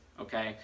okay